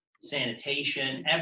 sanitation